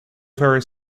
very